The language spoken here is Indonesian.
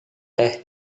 teh